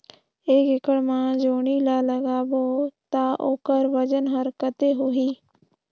एक एकड़ मा जोणी ला लगाबो ता ओकर वजन हर कते होही?